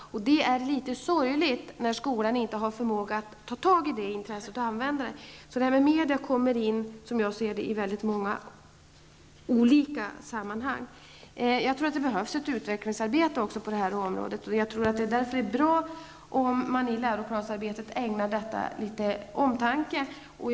Det är litet sorgligt när skolan inte har förmåga att ta tag i det intresset och använda det. Som jag ser det kommer media in i många olika sammanhang. Jag tror också att det behövs ett utvecklingsarbete på detta område. Det vore därför bra om man i läroplansarbetet ägnade detta litet omtanke.